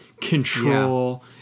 control